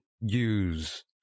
use